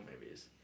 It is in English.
movies